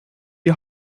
die